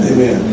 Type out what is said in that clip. Amen